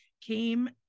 Came